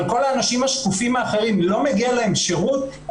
אבל כל האנשים השקופים האחרים לא מגיעים להם שירות?